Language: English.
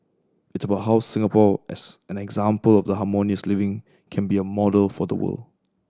it's about how Singapore as an example of harmonious living can be a model for the world